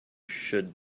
should